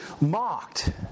mocked